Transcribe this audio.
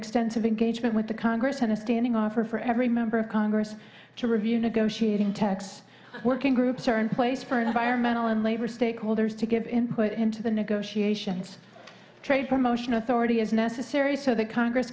extensive engagement with the congress had a standing offer for every member of congress to review negotiating tax working groups are in place for environmental and labor stakeholders to give input into the negotiations trade promotion authority is necessary so that congress